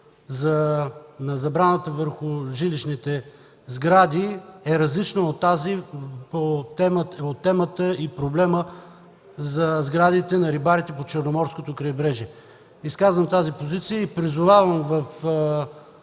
на забраната върху жилищните сгради е различна от темата и проблема за сградите на рибарите по Черноморското крайбрежие. Изказвам тази позиция и призовавам в